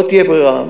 לא תהיה ברירה.